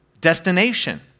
destination